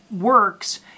works